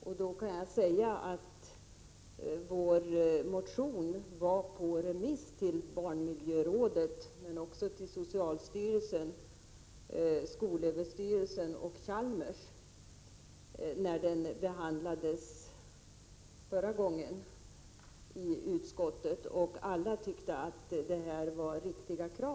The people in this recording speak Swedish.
Jag kan då säga att vår motion var ute på remiss till barnmiljörådet, men även till socialstyrelsen, skolöverstyrelsen och Chalmers, när den behandlades förra gången i utskottet, och att alla tyckte att kraven i den var berättigade.